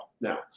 now